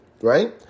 right